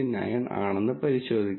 9 ആണെന്ന് പരിശോധിക്കാം